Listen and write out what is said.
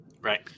Right